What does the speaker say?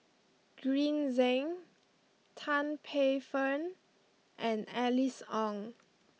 Green Zeng Tan Paey Fern and Alice Ong